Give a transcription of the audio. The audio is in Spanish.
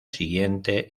siguiente